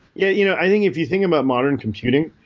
yeah you know i think if you think about modern computing,